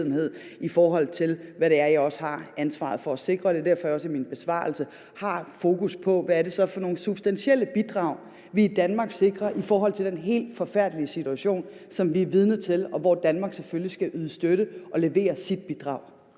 i forhold til hvad det er, jeg også har ansvar for at sikre. Det er derfor, jeg også i min besvarelse har fokus på, hvad det så er for nogle substantielle bidrag, vi i Danmark sikrer i forhold til den helt forfærdelige situation, som vi er vidne til, og hvor Danmark selvfølgelig skal yde støtte og levere sit bidrag.